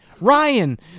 Ryan